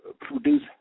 produce